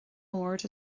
mbord